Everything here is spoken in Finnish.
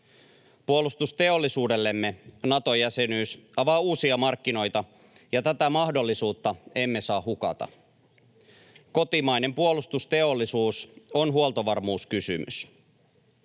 Puolustusteollisuudellemme Nato-jäsenyys avaa uusia markkinoita, ja tätä mahdollisuutta emme saa hukata. Kotimainen puolustusteollisuus on huoltovarmuuskysymys.